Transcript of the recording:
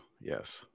yes